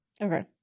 Okay